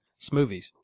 Smoothies